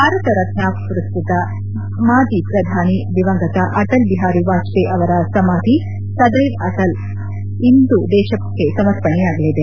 ಭಾರತ ರತ್ನ ಪುರಸ್ನತ ಮಾಜಿ ಪ್ರಧಾನಿ ದಿವಂಗತ ಅಟಲ್ ಬಿಹಾರಿ ವಾಜಪೇಯಿ ಅವರ ಸಮಾಧಿ ಸದ್ಯವ್ ಅಟಲ್ ಅನ್ನು ಇಂದು ದೇಶಕ್ತೆ ಸಮರ್ಪಣೆಯಾಗಲಿದೆ